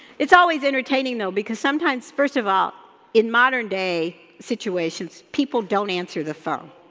it's always entertaining, though, because sometimes, first of all, in modern day situations, people don't answer the phone.